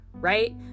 Right